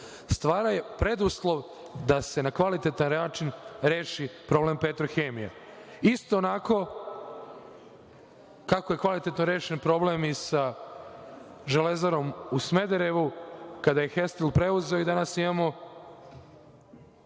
stvara preduslov da se na kvalitetan način reši problem „Petrohemije“, isto onako kako je kvalitetno rešen problem i sa „Železarom“ u Smederevu kada je „Hestil“ preuzeo i danas imamo